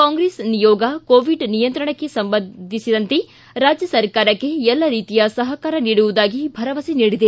ಕಾಂಗ್ರೆಸ್ ನಿಯೋಗ ಕೋವಿಡ್ ನಿಯಂತ್ರಣಕ್ಕೆ ರಾಜ್ಯ ಸರ್ಕಾರಕ್ಕೆ ಎಲ್ಲ ರೀತಿಯ ಸಹಕಾರ ನೀಡುವುದಾಗಿ ಭರವಸೆ ನೀಡಿದೆ